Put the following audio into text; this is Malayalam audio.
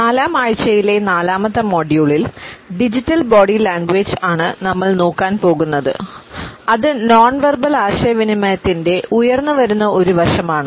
നാലാം ആഴ്ചയിലെ നാലാമത്തെ മൊഡ്യൂളിൽ ഡിജിറ്റൽ ബോഡി ലാംഗ്വേജ് ആണ് നമ്മൾ നോക്കാൻ പോകുന്നത് അത് നോൺ വെർബൽ ആശയവിനിമയത്തിന്റെ ഉയർന്നുവരുന്ന ഒരു വശമാണ്